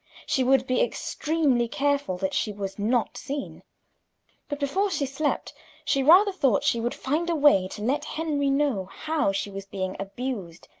she would be extremely careful that she was not seen but before she slept she rather thought she would find a way to let henry know how she was being abused,